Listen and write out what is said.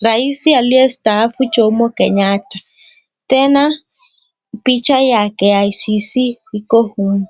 raisi aliyestaafu Jomo Kenyatta tena picha ya KICC iko humu.